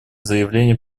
заявлению